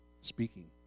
speaking